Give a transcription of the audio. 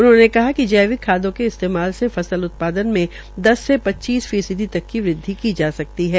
उन्होंने कहा कि जैविक खादों के इस्तेमाल से उत्पादन में दस से पच्चीस फीसदी तक की वृद्वि की जा रही है